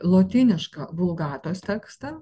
lotynišką vulgatos tekstą